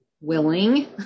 willing